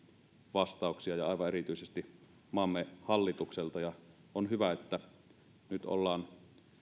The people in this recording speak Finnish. vastauksia ja aivan erityisesti maamme hallitukselta on hyvä että nyt ollaan